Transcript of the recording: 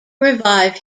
revive